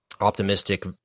optimistic